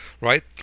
right